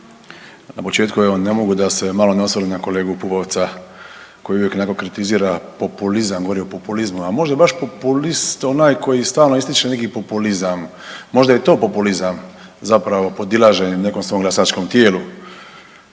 Na početku evo ne mogu da se malo ne osvrnem na kolegu Pupovca koji uvijek neko kritizira populizam, govori o populizmu, a možda je baš populist onaj koji stalno ističe neki populizam. Možda je to populizam zapravo podilaženje nekom svom glasačkom tijelu.